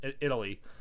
italy